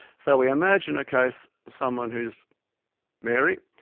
so we imagine a case, someone who's mary,